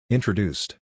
Introduced